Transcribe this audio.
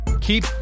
Keep